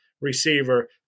receiver